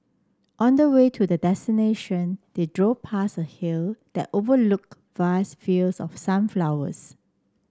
on the way to their destination they drove past a hill that overlooked vast fields of sunflowers